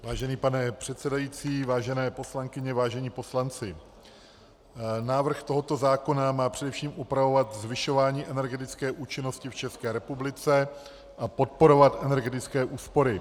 Vážený pane předsedající, vážené poslankyně, vážení poslanci, návrh tohoto zákona má především upravovat zvyšování energetické účinnosti v České republice a podporovat energetické úspory.